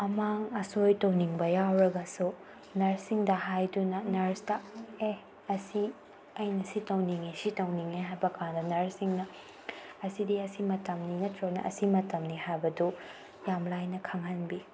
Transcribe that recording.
ꯑꯃꯥꯡ ꯑꯁꯣꯏ ꯇꯧꯅꯤꯡꯕ ꯌꯥꯎꯔꯒꯁꯨ ꯅꯔꯁꯁꯤꯡꯗ ꯍꯥꯏꯗꯨꯅ ꯅꯔꯁꯇ ꯑꯦ ꯑꯁꯤ ꯑꯩꯅ ꯁꯤ ꯇꯧꯅꯤꯡꯉꯦ ꯁꯤ ꯇꯧꯅꯤꯡꯉꯦ ꯍꯥꯏꯕꯀꯥꯟꯗ ꯅꯔꯁꯁꯤꯡꯅ ꯑꯁꯤꯗꯤ ꯑꯁꯤ ꯃꯇꯝꯅꯤ ꯅꯠꯇ꯭ꯔꯒꯅ ꯑꯁꯤ ꯃꯇꯝꯅꯤ ꯍꯥꯏꯕꯗꯨ ꯌꯥꯝ ꯂꯥꯏꯅ ꯈꯪꯍꯟꯕꯤ